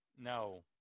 No